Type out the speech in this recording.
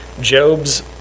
Job's